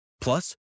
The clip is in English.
Plus